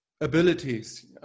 abilities